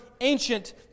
ancient